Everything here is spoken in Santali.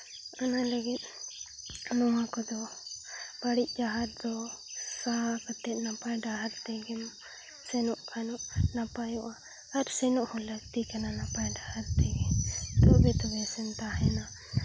ᱚᱱᱟ ᱞᱟᱹᱜᱤᱫ ᱱᱚᱣᱟ ᱠᱚᱫᱚ ᱵᱟᱹᱲᱤᱡ ᱰᱟᱦᱟᱨ ᱫᱚ ᱥᱟᱦᱟᱣ ᱠᱟᱛᱮᱫ ᱱᱟᱯᱟᱭ ᱰᱟᱦᱟᱨ ᱛᱮᱜᱮᱢ ᱥᱮᱱᱚᱜ ᱠᱷᱟᱱ ᱱᱟᱯᱟᱭᱚᱜᱼᱟ ᱟᱨ ᱥᱮᱱᱚᱜ ᱦᱚᱸ ᱞᱟᱹᱠᱛᱤ ᱠᱟᱱᱟ ᱱᱟᱯᱟᱭ ᱰᱟᱦᱟᱨ ᱛᱮᱜᱮ ᱵᱩᱜᱤ ᱛᱚᱵᱮ ᱥᱮᱢ ᱛᱟᱦᱮᱱᱟ